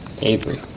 Avery